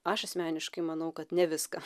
aš asmeniškai manau kad ne viską